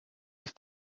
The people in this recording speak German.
ist